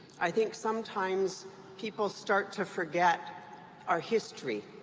i think sometimes people start to forget our history.